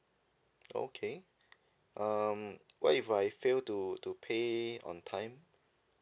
okay um what if I fail to to pay on time